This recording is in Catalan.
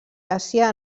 àsia